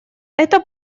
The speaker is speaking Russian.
это